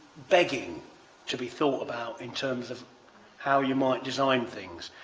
begging to be thought about in terms of how you might design things.